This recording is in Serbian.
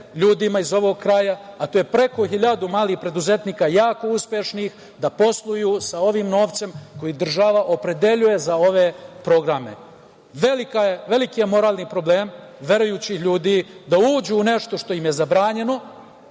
iz ovog kraja, a to je preko 1.000 malih preduzetnika, jako uspešnih, da posluju sa ovim novcem koji država opredeljuje za ove programe. Veliki je moralni problem verujućih ljudi da uđu u nešto što im je zabranjeno.